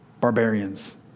barbarians